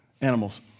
Animals